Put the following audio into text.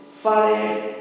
father